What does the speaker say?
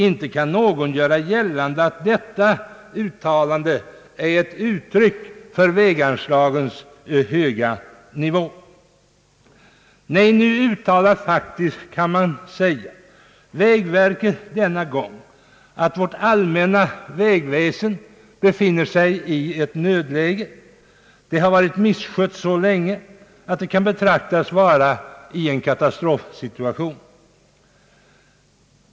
Inte kan någon göra gällande att detta uttalande är ett uttryck för väganslagens höga nivå. Nej, denna gång uttalar faktiskt vägverket, att vårt allmänna vägväsen befinner sig i ett nödläge. Det har varit misskött så länge att man nu är i en katastrofsituation.